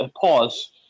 pause